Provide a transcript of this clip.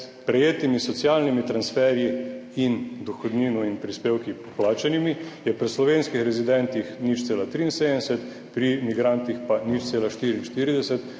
prejetimi socialnimi transferji in dohodnino in prispevki plačanimi je pri slovenskih rezidentih 0,73, pri migrantih pa 0,44,